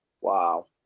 Wow